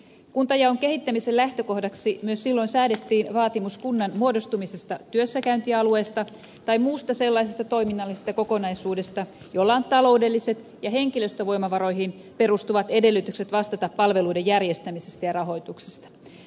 kuntajaon kehittämisen lähtökohdaksi myös silloin säädettiin vaatimus kunnan muodostumisesta työssäkäyntialueesta tai muusta sellaisesta toiminnallisesta kokonaisuudesta jolla on taloudelliset ja henkilöstövoimavaroihin perustuvat edellytykset vastata palveluiden järjestämisestä ja rahoituksesta